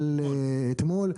מהמנכ"ל אתמול.